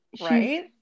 right